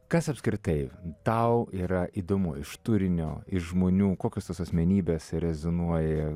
kas apskritai tau yra įdomu iš turinio iš žmonių kokios tos asmenybės rezonuoja